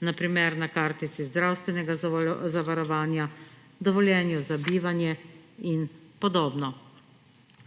na primer na kartici zdravstvenega zavarovanja, dovoljenju za bivanje in podobno.